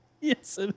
Yes